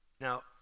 now